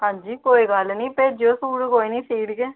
अंजी कोई गल्ल निं भेजेओ सूट सी देई ओड़गे